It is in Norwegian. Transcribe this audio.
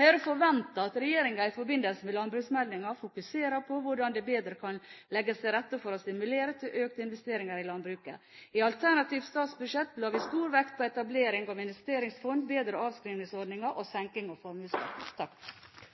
Høyre forventer at regjeringen i forbindelse med landbruksmeldingen fokuserer på hvordan det bedre kan legges til rette for å stimulere til økte investeringer i landbruket. I alternativt statsbudsjett la vi stor vekt på etablering av et investeringsfond, bedre avskrivningsordninger og